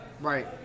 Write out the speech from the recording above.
Right